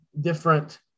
different